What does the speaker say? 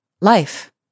life